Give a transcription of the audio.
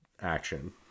action